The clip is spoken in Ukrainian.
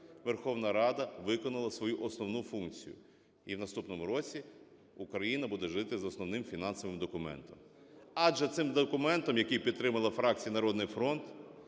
Верховна Рада виконала свою основну функцію, і в наступному році Україна буде жити з основним фінансовим документом. Адже цим документом, який підтримала фракція "Народний фронт",